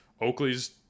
Oakley's